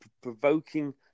provoking